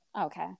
Okay